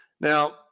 Now